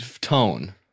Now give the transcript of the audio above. tone